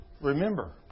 Remember